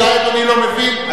אולי אדוני לא מבין,